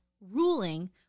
ruling